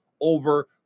over